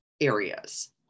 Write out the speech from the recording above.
areas